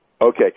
Okay